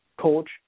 coach